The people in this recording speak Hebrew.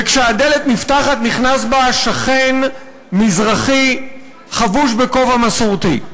וכשהדלת נפתחת נכנס בה שכן מזרחי חבוש בכובע מסורתי.